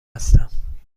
هستم